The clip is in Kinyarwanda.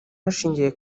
hashingiwe